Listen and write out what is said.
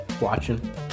watching